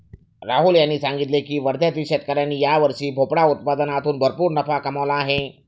राहुल यांनी सांगितले की वर्ध्यातील शेतकऱ्यांनी यावर्षी भोपळा उत्पादनातून भरपूर नफा कमावला आहे